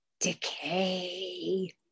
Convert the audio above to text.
decay